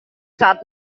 saat